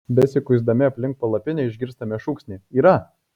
besikuisdami aplink palapinę išgirstame šūksnį yra